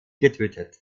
getötet